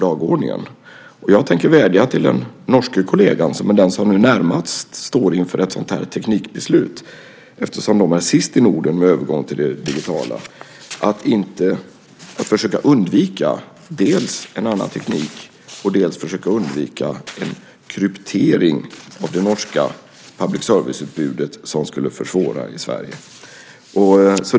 Jag tänker vädja till den norske kollegan, som är den som närmast står inför ett sådant teknikbeslut eftersom de är sist i Norden med övergång till det digitala nätet, att de dels ska försöka undvika en annan teknik, dels försöka undvika en kryptering av det norska public service utbudet som skulle försvåra för Sverige.